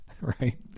right